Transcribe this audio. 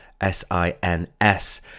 S-I-N-S